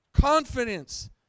Confidence